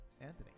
Anthony